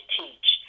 teach